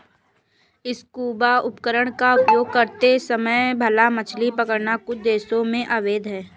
scuba उपकरण का उपयोग करते समय भाला मछली पकड़ना कुछ देशों में अवैध है